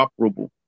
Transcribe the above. operable